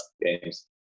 games